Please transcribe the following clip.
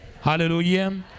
Hallelujah